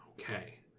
Okay